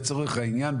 לצורך העניין,